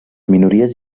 minories